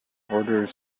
orders